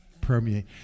permeate